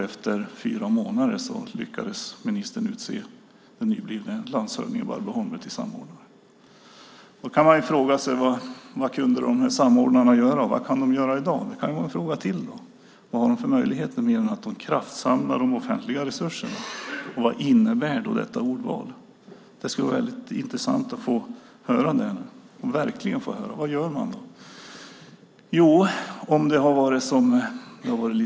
Efter fyra månader lyckades ministern utse den nyblivna landshövdingen Barbro Holmberg till samordnare. Då kan man fråga sig vad dessa samordnare kunde göra och vad de kan göra i dag. Det blir ytterligare en fråga. Vad har de för möjligheter mer än att kraftsamla de offentliga resurserna? Vad innebär detta ordval? Det vore intressant att få höra vad man verkligen gör.